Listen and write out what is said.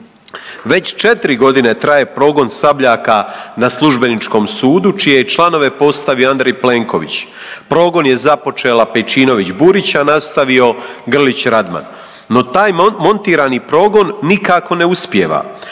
Već 4 godine traje progon Sabljaka na Službeničkom sudu čije je članove postavio Andrej Plenković. Progon je započela Pejčinović Burić, a nastavio Grlić Radman. No, taj montirani progon nikako ne uspijeva.